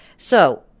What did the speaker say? so,